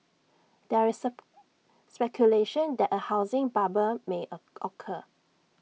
there is speculation that A housing bubble may A occur